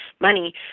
money